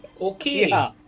Okay